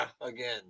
again